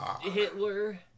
Hitler